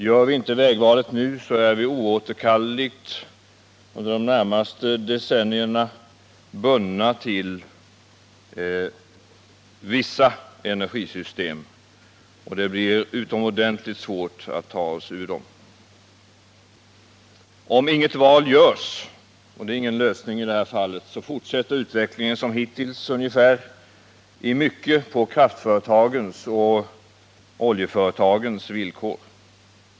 Gör vi inte vägvalet nu, blir vi under de närmaste decennierna oåterkalleligen bundna till vissa energisystem, och det blir utomordentligt svårt att ta oss ur dem. Om inget val görs — och det är ingen lösning i det här fallet — fortsätter utvecklingen i mycket på kraftbolagens och oljeföretagens villkor.